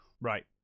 Right